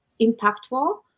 impactful